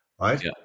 right